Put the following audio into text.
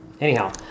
Anyhow